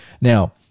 Now